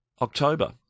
October